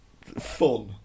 fun